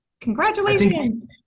congratulations